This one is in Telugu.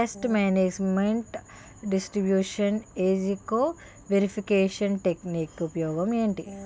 పేస్ట్ మేనేజ్మెంట్ డిస్ట్రిబ్యూషన్ ఏజ్జి కో వేరియన్స్ టెక్ నిక్ ఉపయోగం ఏంటి